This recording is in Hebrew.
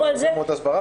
השקענו הרבה מאוד בהסברה.